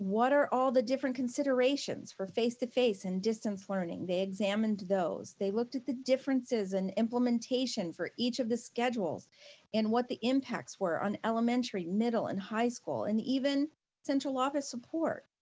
what are all the different considerations for face-to-face and distance learning? they examined those. they looked at the differences and implementation for each of the schedules and what the impact were on elementary, middle and high school and even central office support.